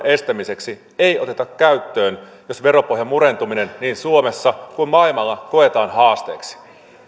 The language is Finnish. estämiseksi ei oteta käyttöön jos veropohjan murentuminen niin suomessa kuin maailmalla koetaan haasteeksi